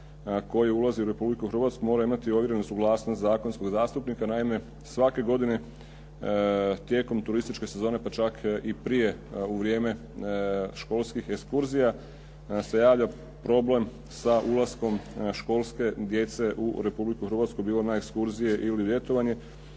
koji ulazi u Republiku Hrvatsku mora imati ovjerenu suglasnost zakonskog zastupnika. Naime, svake godine tijekom turističke sezone, pa čak i prije u vrijeme školskih ekskurzija, nam se javlja problem sa ulaskom školske djece u Republiku Hrvatsku bilo na ekskurzije ili ljetovanje